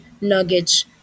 Nuggets